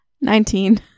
Nineteen